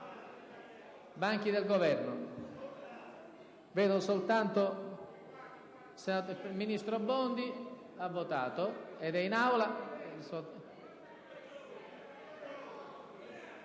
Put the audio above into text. banchi del Governo. Vedo soltanto il ministro Bondi che ha votato ed è presente